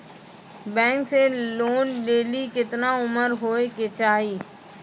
Bank से loan लेली केतना उम्र होय केचाही?